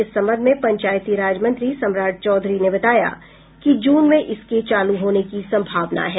इस संबंध में पंचायती राज मंत्री सम्राट चौधरी ने बताया कि जून में इसके चालू होने की संभावना है